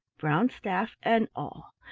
brown staff, and all.